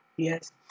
Yes